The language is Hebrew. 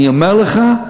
אני אומר לך,